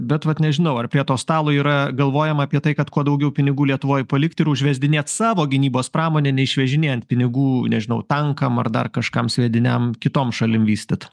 bet vat nežinau ar prie to stalo yra galvojama apie tai kad kuo daugiau pinigų lietuvoj palikt ir užvesdinėt savo gynybos pramonę neišvežinėjant pinigų nežinau tankam ar dar kažkam sviediniam kitom šalim vystyt